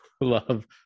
love